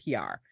PR